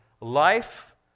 life